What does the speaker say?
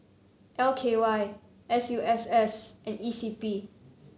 L K Y S U S S and E C P